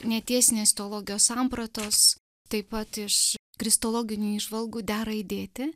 netiesinės teologijos sampratos taip pat iš kristologinių įžvalgų dera įdėti